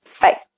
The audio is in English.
Bye